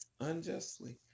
unjustly